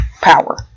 Power